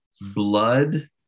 blood